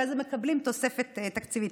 כי אז הם מקבלים תוספת תקציבית.